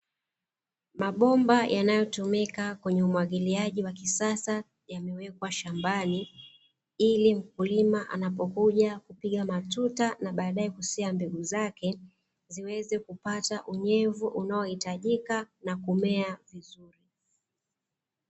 Mabomba yanayotumika kwenye umwagiliaji wa kisasa yamewekwa shambani, ili mkulima anapokuja kupiga matuta na kusia mbegu zake ziweze kupata unyevu unaohitajika na kumea vizuri.